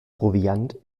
proviant